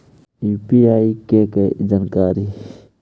UPI के जानकारी?